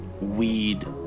weed